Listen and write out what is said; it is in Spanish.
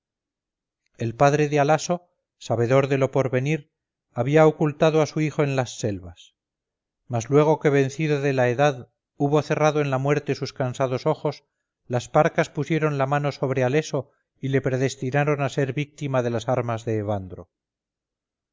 el padre de halaso sabedor de lo porvenir había ocultado a su hijo en las selvas mas luego que vencido de la edad hubo cerrado en la muerte sus cansados ojos las parcas pusieron la mano sobre haleso y le predestinaron a ser víctima de las armas de